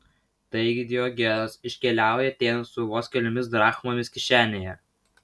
taigi diogenas iškeliavo į atėnus su vos keliomis drachmomis kišenėje